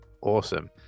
awesome